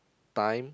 time